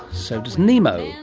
so does nemo.